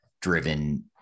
driven